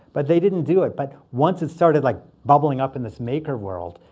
but they didn't do it. but once it started like bubbling up in this maker world,